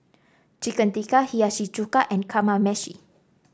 Chicken Tikka Hiyashi Chuka and Kamameshi